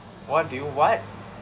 what do you what